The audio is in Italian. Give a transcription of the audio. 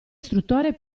istruttore